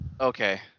Okay